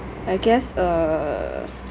I guess err